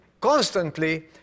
constantly